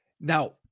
now